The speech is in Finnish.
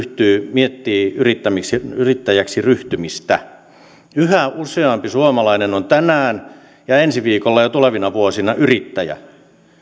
miettii yrittäjäksi ryhtymistä yhä useampi suomalainen on tänään ja ensi viikolla ja tulevina vuosina yrittäjä